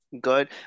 good